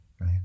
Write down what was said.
right